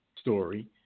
story